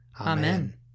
Amen